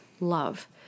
love